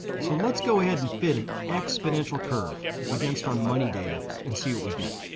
so let's go ahead and fit an exponential curve against our money data and see what we get.